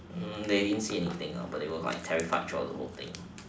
mm they didn't see anything lah but they were like terrified throughout the whole thing